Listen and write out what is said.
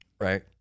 Right